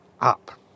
up